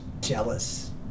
Jealous